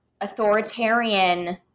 authoritarian